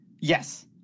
Yes